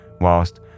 whilst